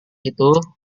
itu